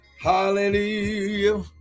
Hallelujah